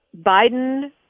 Biden